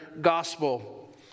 gospel